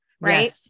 right